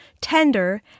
tender